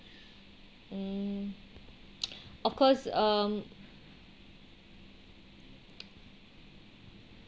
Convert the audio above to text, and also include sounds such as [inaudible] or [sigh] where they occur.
mm [noise] of course um